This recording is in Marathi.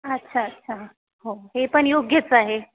अच्छा अच्छा हो हे पण योग्यच आहे